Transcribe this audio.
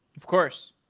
of course.